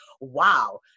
wow